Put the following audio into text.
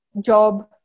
job